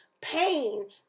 pain